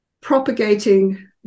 propagating